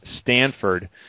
Stanford